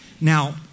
Now